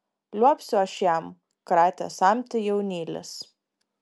liuobsiu aš jam kratė samtį jaunylis